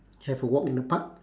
have a walk in the park